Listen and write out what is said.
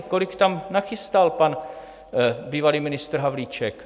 Kolik tam nachystal pan bývalý ministr Havlíček?